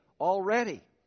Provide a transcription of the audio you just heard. already